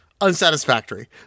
Unsatisfactory